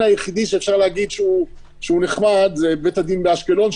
הדין היחידי שאפשר להגיד שהוא נחמד זה בית הדין באשקלון,